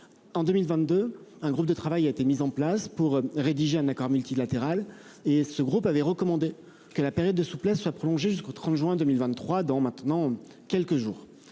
En 2022, le groupe de travail mis en place pour rédiger un accord multilatéral avait recommandé que la période de souplesse soit prolongée jusqu'au 30 juin 2023, soit d'ici à quelques jours